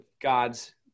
God's